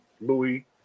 Louis